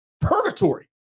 purgatory